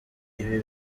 ibi